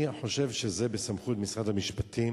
אני חושב שזה בסמכות משרד המשפטים